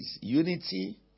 unity